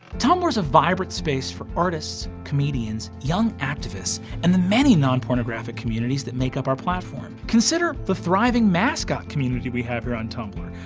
tumblr's a vibrant space for artists, comedians, and young activists, and the many non-pornographic communities that make up our platform. consider the thriving mascot community we have around tumblr.